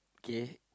K